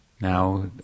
now